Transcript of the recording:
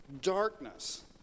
Darkness